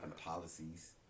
policies